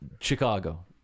chicago